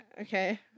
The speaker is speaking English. Okay